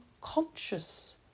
conscious